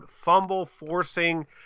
fumble-forcing